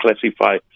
classify